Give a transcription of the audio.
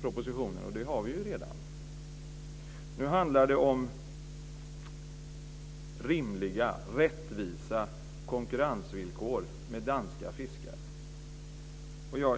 propositionen? Det har vi redan. Det handlar om rimliga och rättvisa konkurrensvillkor i förhållande till danska fiskare.